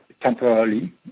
temporarily